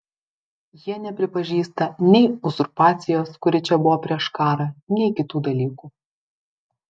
jie nepripažįsta nei uzurpacijos kuri čia buvo prieš karą nei kitų dalykų